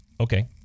okay